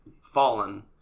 fallen